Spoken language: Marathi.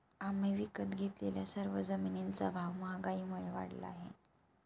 आम्ही विकत घेतलेल्या सर्व जमिनींचा भाव महागाईमुळे वाढला आहे